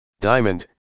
Diamond